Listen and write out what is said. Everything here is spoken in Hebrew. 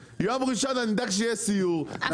ביום ראשון אני אדאג שיהיה סיור, נעשה משהו טוב.